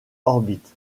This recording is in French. orbite